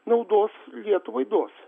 naudos lietuvai duos